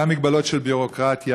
גם מגבלות של ביורוקרטיה,